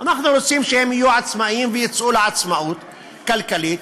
אנחנו רוצים שהם יהיו עצמאים ויצאו לעצמאות כלכלית,